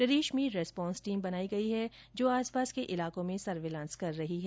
प्रदेश में response team बनाई गई है जो आस पास के इलाकों में सर्विलांस कर रही है